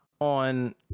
on